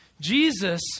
Jesus